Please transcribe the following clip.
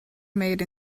made